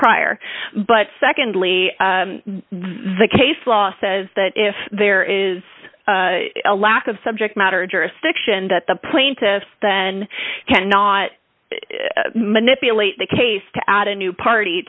prior but secondly the case law says that if there is a lack of subject matter jurisdiction that the plaintiff then cannot manipulate the case to add a new party